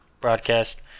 broadcast